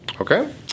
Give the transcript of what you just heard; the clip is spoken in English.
Okay